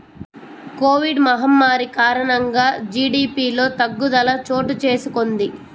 Covid మహమ్మారి కారణంగా జీడీపిలో తగ్గుదల చోటుచేసుకొంది